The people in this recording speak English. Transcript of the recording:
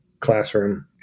Classroom